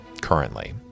currently